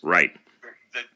Right